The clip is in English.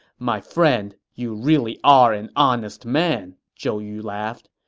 my friend, you really are an honest man, zhou yu laughed.